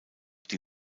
die